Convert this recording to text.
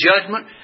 judgment